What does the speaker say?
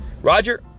Roger